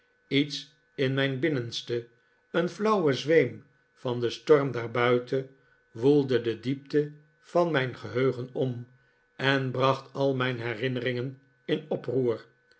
lets in mijn binnenste een flauwe zweem van den storm daarbuiten woelde de diepte van mijn geheugen om en bracht al mijn herinneringen in oproer